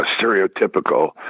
stereotypical